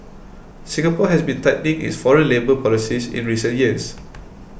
Singapore has been tightening its foreign labour policies in recent years